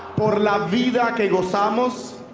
por la vida que gozamos,